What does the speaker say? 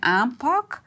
aanpak